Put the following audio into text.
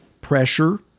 pressure